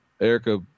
erica